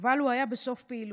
אבל הוא היה בסוף פעילות,